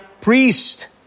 priest